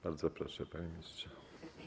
Bardzo proszę, panie ministrze.